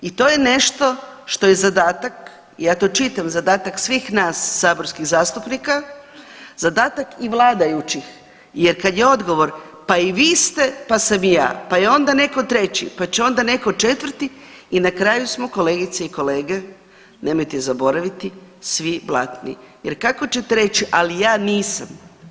I to je nešto što je zadatak, ja to čitav zadatak svih nas saborskih zastupnika, zadatak i vladajućih jer kad je odgovor, pa i vi ste pa sam i ja, pa je onda neko treći, pa će onda neko četvrti i na kraju smo kolegice i kolege, nemojte zaboraviti svi blatni jer kako ćete reći ali ja nisam.